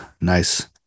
nice